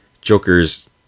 Joker's